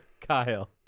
Kyle